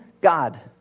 God